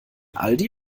aldi